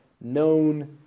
known